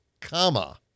comma